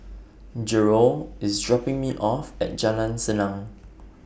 Gerold IS dropping Me off At Jalan Senang